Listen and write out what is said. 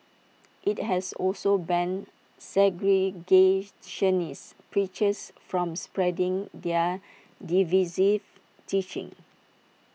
IT has also banned segregationist preachers from spreading their divisive teachings